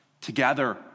together